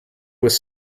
was